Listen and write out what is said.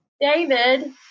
david